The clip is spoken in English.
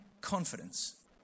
confidence